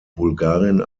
bulgarien